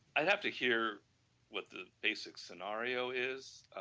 i have to hear what the basic scenario is,